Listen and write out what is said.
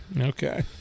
Okay